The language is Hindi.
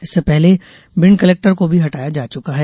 इससे पहले भिंड कलेक्टर को भी हटाया जा चुका है